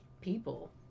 people